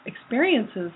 experiences